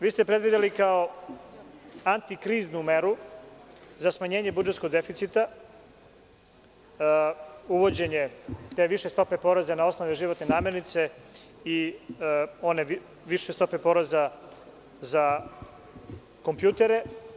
Vi ste predvideli kao antikriznu meru za smanjenje budžetskog deficita, uvođenje više stope poreza na osnovne životne namirnice i one više stope poreza za kompjutere.